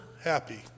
happy